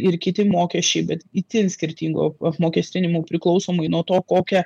ir kiti mokesčiai bet itin skirtingu apmokestinimu priklausomai nuo to kokia